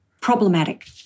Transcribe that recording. problematic